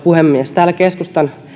puhemies täällä keskustan